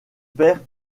père